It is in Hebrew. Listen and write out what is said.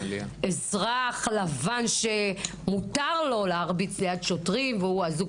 אזרח לבן שמותר לו להרביץ ליד שוטרים והוא אזוק